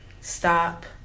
Stop